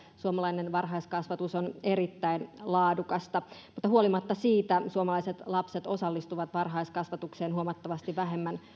suomalainen varhaiskasvatus on erittäin laadukasta mutta huolimatta siitä suomalaiset lapset osallistuvat varhaiskasvatukseen huomattavasti vähemmän